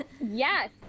Yes